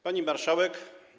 Pani Marszałek!